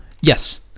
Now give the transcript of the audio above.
yes